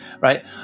right